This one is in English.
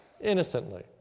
innocently